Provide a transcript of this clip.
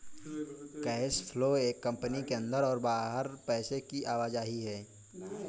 cash flow एक company के अंदर और बाहर पैसे की आवाजाही है